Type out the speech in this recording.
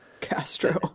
Castro